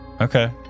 Okay